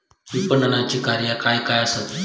विपणनाची कार्या काय काय आसत?